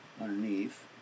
underneath